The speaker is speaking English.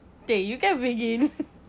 they you can begin